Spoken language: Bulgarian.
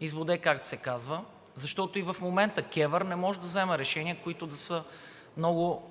избоде, както се казва, защото и в момента КЕВР не може да взима решения, които да са много